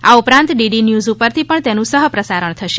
આ ઉપરાંત DD news પરથી પણ તેનું સહ પ્રસારણ થશે